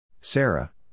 Sarah